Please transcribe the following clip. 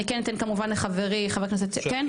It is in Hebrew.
אני כן אתן כמובן לחברי חבר הכנסת כן?